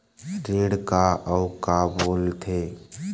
ऋण का अउ का बोल थे?